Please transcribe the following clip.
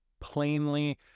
plainly